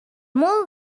more